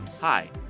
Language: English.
Hi